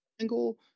angle